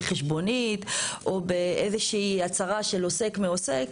בחשבונית או באיזושהי הצהרה של עוסק מעוסק,